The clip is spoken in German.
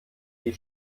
die